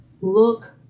look